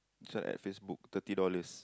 this one at Facebook thirty dollars